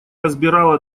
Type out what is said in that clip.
разбирала